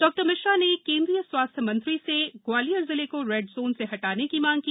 डॉ मिश्रा ने केन्द्रीय स्वास्थ्य मंत्री से ग्वालियर जिले को रेड जोन से हटाने की मांग की